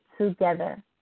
together